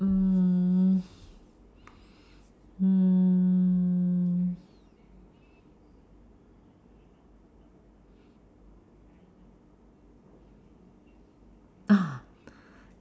mm mm